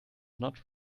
not